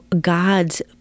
God's